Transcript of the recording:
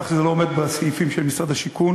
כך שזה לא עומד בסעיפים של משרד השיכון.